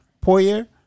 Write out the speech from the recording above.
Poirier